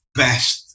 best